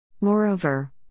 Moreover